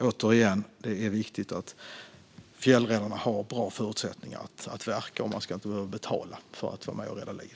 Återigen: Det är viktigt att fjällräddarna har bra förutsättningar att verka. Man ska inte behöva betala för att vara med och rädda liv.